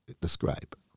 describe